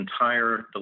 entire